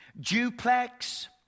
duplex